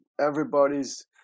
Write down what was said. everybody's